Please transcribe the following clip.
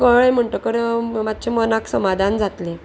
कळ्ळें म्हणटकर मातशें मनाक समाधान जातलें